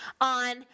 on